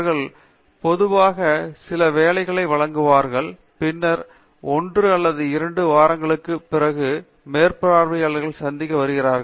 பேராசிரியர் அரிந்தமா சிங் அவர்கள் பொதுவாக சில வேலைகளை வழங்குகிறார்கள் பின்னர் ஒன்று அல்லது இரண்டு வாரங்களுக்கு பிறகு மேற்பார்வையாளரை சந்திக்க வருகிறார்கள்